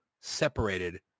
separated